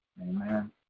amen